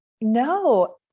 No